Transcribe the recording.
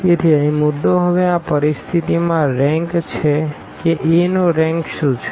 તેથી અહીં મુદ્દો હવે આ પરિસ્થિતિમાં રેંક છે કે Aનો રેંક શું છે